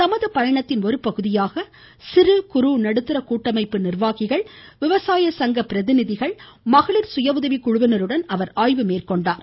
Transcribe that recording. தமது பயணத்தின் ஒருபகுதியாக சிறு குறு நடுத்தர கூட்டமைப்பு நிர்வாகிகள் விவசாய சங்க பிரதிநிதிகள் மகளிர் சுய உதவி குழுவினருடன் அவர் ஆய்வு மேற்கொண்டார்